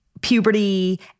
puberty